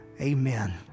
Amen